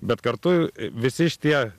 bet kartu visi šitie